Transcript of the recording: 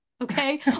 okay